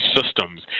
systems